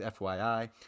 FYI